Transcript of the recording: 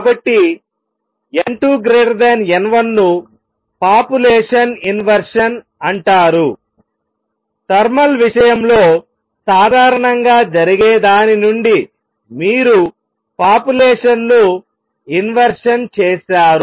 కాబట్టిn2 n1 ను population inversion అంటారు thermal విషయం లో సాధారణంగా జరిగే దాని నుండి మీరు పాపులేషన్ ను ఇన్వెర్షన్ చేసారు